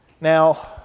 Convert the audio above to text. Now